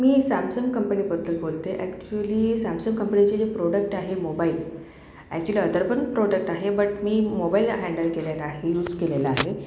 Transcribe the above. मी Samsung कंपनीबद्दल बोलतेय actually Samsung कंपनीचे जे प्रोडक्ट आहे मोबाइल ॲक्चुअली अदर पण प्रोडक्ट आहे बट मी मोबाइल हँडल केलेला आहे यूज केलेला आहे